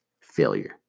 failure